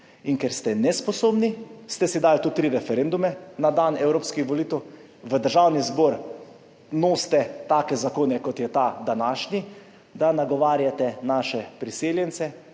Ker ste nesposobni, ste si dali tudi tri referendume na dan evropskih volitev. V Državni zbor nosite take zakone, kot je ta današnji, da nagovarjate naše priseljence